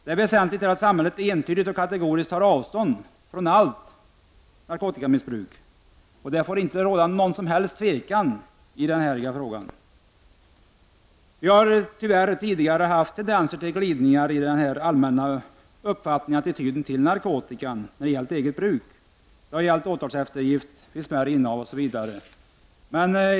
Det är väsentligt att samhället entydigt och kategoriskt tar avstånd från allt narkotikamissbruk. Det får inte råda någon som helst tvekan härom. Det har tyvärr tidigare funnits tendenser till glidningar i den offentliga attityden till narkotikan när det gällt eget bruk. Det har givits åtalseftergift vid smärre innehav osv.